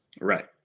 Right